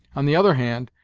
on the other hand,